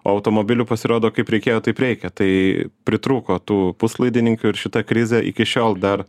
automobilių pasirodo kaip reikėjo taip reikia tai pritrūko tų puslaidininkių ir šita krizė iki šiol dar